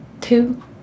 Two